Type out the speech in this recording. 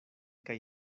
kaj